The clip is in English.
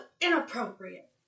inappropriate